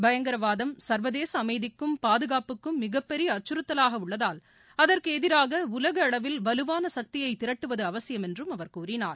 பயங்கரவாதம் சர்வதேச அமைதிக்கும் பாதுகாப்புக்கம் மிகப்பெரிய அச்சுறுத்தலாக உள்ளதால் அதற்கு எதிராக உலக அளவில் வலுவான சக்தியை திரட்டுவது அவசியம என்றும அவர் கூறினார்